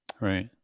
Right